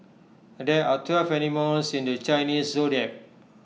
there are twelve animals in the Chinese Zodiac